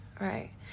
Right